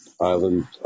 Island